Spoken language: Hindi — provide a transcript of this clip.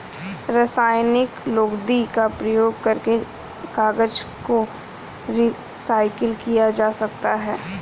रासायनिक लुगदी का प्रयोग करके कागज को रीसाइकल किया जा सकता है